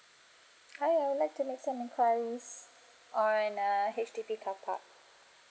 hi I would like to make some enquiries on uh H_D_B car park